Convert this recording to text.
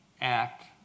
act